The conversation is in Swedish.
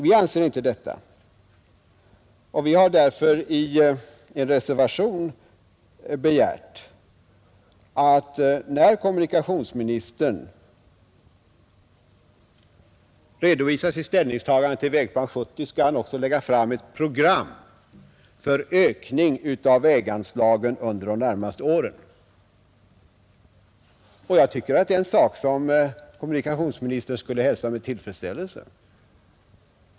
Vi anser inte detta, och vi har därför i en reservation begärt att kommunikationsministern när han redovisar sitt ställningstagande till Vägplan 1970 också skall lägga fram ett program för ökning av väganslagen under de närmaste åren. Jag tycker att det är en sak som kommunikationsministern skulle hälsa med tillfredsställelse.